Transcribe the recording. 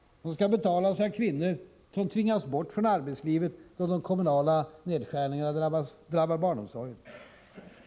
De skall betalas av kvinnor som tvingas bort från arbetslivet, då de kommunala nedskärningarna drabbar barnomsorgen.